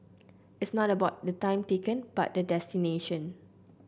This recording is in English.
it's not about the time taken but the destination